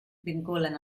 vinculen